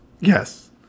Yes